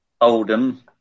Oldham